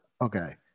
Okay